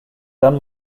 dann